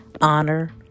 honor